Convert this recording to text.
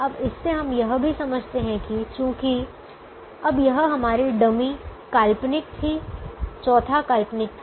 अब इससे हम यह भी समझते हैं कि चूंकि अब यह हमारी डमी काल्पनिक थी चौथा काल्पनिक था